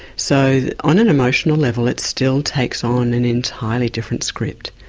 so on an emotional level it still takes on an entirely different script.